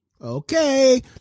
Okay